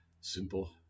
simple